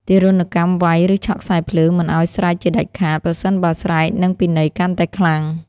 ទារុណកម្មវៃ ឬឆក់ខ្សែរភ្លើងមិនឱ្យស្រែកជាដាច់ខាត ប្រសិនបើស្រែកនិងពិន័យកាន់តែខ្លាំង។